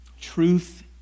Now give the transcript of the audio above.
Truth